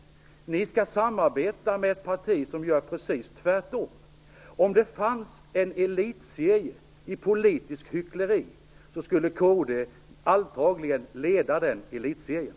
Ni skall samarbeta med ett parti som gör precis tvärtom. Om det fanns en elitserie i politiskt hyckleri skulle kd antagligen leda den.